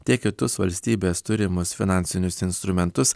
tiek kitus valstybės turimus finansinius instrumentus